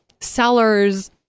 sellers